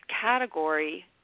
category